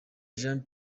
jean